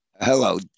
Hello